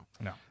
no